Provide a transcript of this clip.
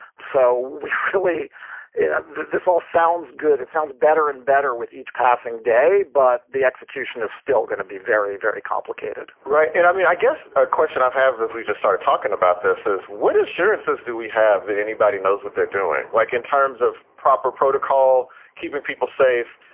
so we really know ah this all sounds good. it sounds better and better with each passing day, but the execution is still going to be very, very complicated right. and i mean, i guess a question i'll have if we just started talking about this is what assurances do we have that anybody knows what they're doing, like in terms of proper protocol, keeping people safe?